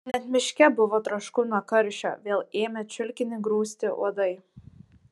net miške buvo trošku nuo karščio vėl ėmė čiulkinį grūsti uodai